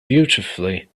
beautifully